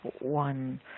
one